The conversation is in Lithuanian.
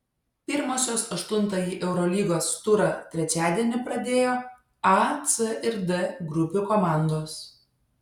pirmosios aštuntąjį eurolygos turą trečiadienį pradėjo a c ir d grupių komandos